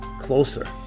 closer